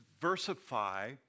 diversify